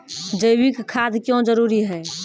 जैविक खाद क्यो जरूरी हैं?